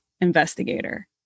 investigator